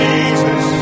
Jesus